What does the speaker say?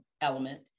element